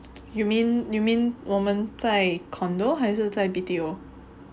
you mean you mean 我们在 condo 还是在 B_T_O